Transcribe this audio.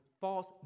false